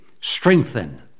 strengthen